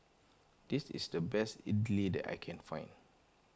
this is the best Idili I can find